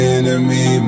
enemy